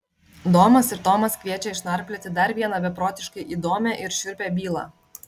domas ir tomas kviečia išnarplioti dar vieną beprotiškai įdomią ir šiurpią bylą